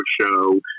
show